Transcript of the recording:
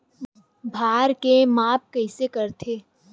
भार के माप कइसे करथे?